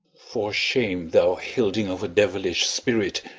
for shame, thou hilding of a devilish spirit,